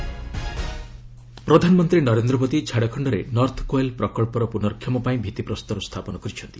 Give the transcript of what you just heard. PM Jharkhand ପ୍ରଧାନମନ୍ତ୍ରୀ ନରେନ୍ଦ୍ର ମୋଦି ଝାଡ଼ଖଣରେ north Koel ପ୍ରକଳ୍ପ ପୁନର୍ଷମ ପାଇଁ ଭିତ୍ତିପ୍ରସ୍ତର ସ୍ଥାପନ କରିଛନ୍ତି